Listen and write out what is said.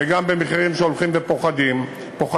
וגם במחירים שהולכים ופוחתים,